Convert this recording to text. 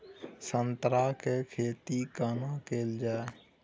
संतरा के खेती केना कैल जाय?